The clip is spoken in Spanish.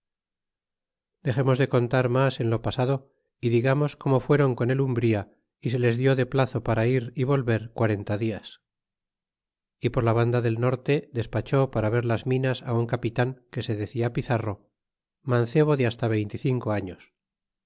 dexemos de contar mas en lo pasado y digamos como fueron con el umbria y se les dió de plazo para ir é volver quarenta dias e por la vanda del norte despachó para ver las minas á un capitan que se decia pizarro mancebo de hasta veinte y cinco años